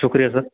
शुक्रिया सर